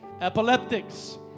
Epileptics